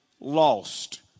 lost